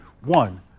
One